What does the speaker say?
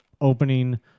opening